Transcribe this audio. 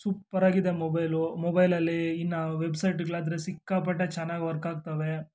ಸೂಪ್ಪರಾಗಿದೆ mobile ಮೊಬೈಲಲ್ಲಿ ಇನ್ನೂ ವೆಬ್ಸೈಟ್ಗಳಾದ್ರೆ ಸಿಕ್ಕಾಪಟ್ಟೆ ಚೆನ್ನಾಗಿ ವರ್ಕ್ ಆಗ್ತವೆ